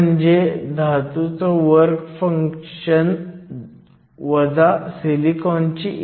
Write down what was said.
म्हणून आपल्याला minority diffusion लांबीची गणना करायची आहे